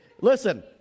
listen